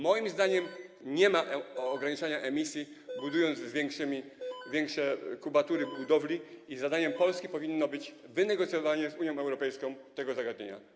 Moim zdaniem nie ma ograniczenia emisji, jeśli wykorzystuje się większe kubatury budowli, i zadaniem Polski powinno być wynegocjowanie z Unią Europejską tego zagadnienia.